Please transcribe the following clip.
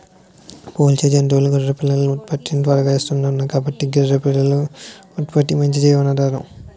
పాలిచ్చే జంతువుల్లో గొర్రె పిల్లలు ఉత్పత్తిని త్వరగా ఇస్తుంది కాబట్టి గొర్రె పిల్లల ఉత్పత్తి మంచి జీవనాధారం